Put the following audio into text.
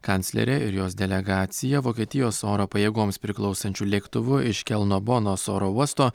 kanclerė ir jos delegacija vokietijos oro pajėgoms priklausančiu lėktuvu iš kelno bonos oro uosto